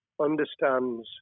understands